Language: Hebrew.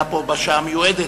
היה פה בשעה המיועדת,